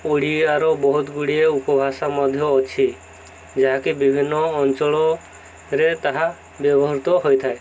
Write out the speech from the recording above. ଓଡ଼ିଆର ବହୁତ ଗୁଡ଼ିଏ ଉପଭାଷା ମଧ୍ୟ ଅଛି ଯାହାକି ବିଭିନ୍ନ ଅଞ୍ଚଳରେ ତାହା ବ୍ୟବହୃତ ହୋଇଥାଏ